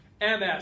MS